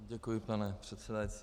Děkuji, pane předsedající.